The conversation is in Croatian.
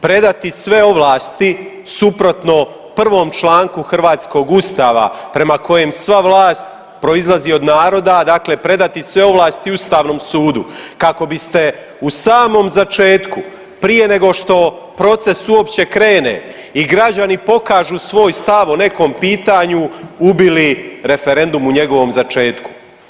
Predati sve ovlasti suprotno prvom članku hrvatskog Ustava prema kojem sva vlast proizlazi od naroda, dakle predati sve ovlasti Ustavnom sudu kako biste u samom začetku prije nego što proces uopće krene i građani pokažu svoj stav o nekom pitanju ubili referendum u njegovom začetku.